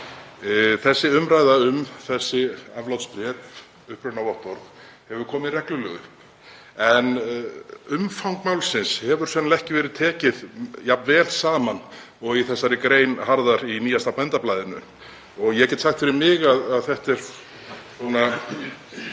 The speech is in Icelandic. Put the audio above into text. Þessi umræða um aflátsbréf, upprunavottorð, hefur komið reglulega upp en umfang málsins hefur sennilega ekki verið tekið jafn vel saman og í þessari grein Harðar í nýjasta Bændablaðinu. Ég get sagt fyrir mig að það er allt